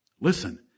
Listen